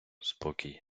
спокій